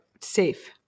safe